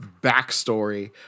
backstory